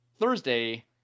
Thursday